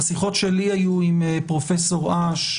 בשיחות שהיו לי עם פרופ' אש,